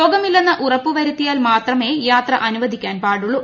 രോഗമില്ലെന്ന് ഉറപ്പ് വരുത്തിയാൽ മാത്രമേ യാത്ര അനുവദിക്കാൻ പാടുള്ളൂ